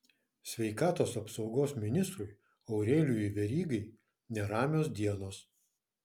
sveikatos apsaugos ministrui aurelijui verygai neramios dienos